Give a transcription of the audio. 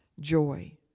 joy